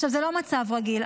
זה לא מצב רגיל.